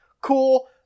Cool